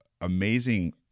amazing